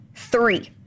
Three